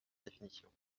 définition